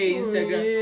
Instagram